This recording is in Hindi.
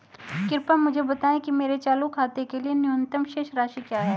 कृपया मुझे बताएं कि मेरे चालू खाते के लिए न्यूनतम शेष राशि क्या है